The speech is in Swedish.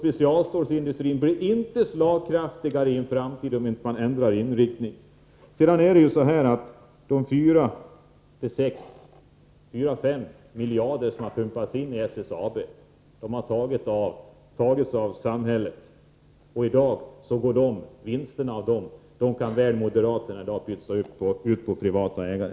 Specialstålindustrin blir inte slagkraftigare i framtiden, om man inte ändrar inriktning. De 4-6 miljarder som har pumpats in i SSAB har tagits av samhället. Vinsterna på de pengarna kan moderaterna i dag väl pytsa ut på privata ägare.